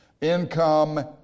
Income